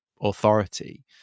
authority